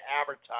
advertise